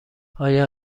آیا